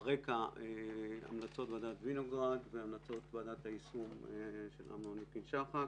הרקע: המלצות ועדת וינוגרד והמלצות ועדת היישום של אמנון ליפקין שחק.